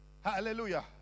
Hallelujah